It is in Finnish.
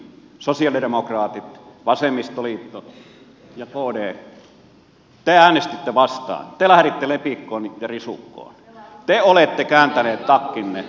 te kuitenkin sosialidemokraatit vasemmistoliitto ja kd äänestitte vastaan te lähditte lepikkoon ja risukkoon te olette kääntäneet takkinne